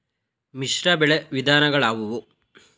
ಮಿಶ್ರಬೆಳೆ ವಿಧಗಳಾವುವು?